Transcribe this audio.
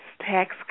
tax